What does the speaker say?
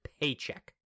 paycheck